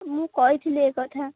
ମୁଁ କହିଥିଲି ଏ କଥା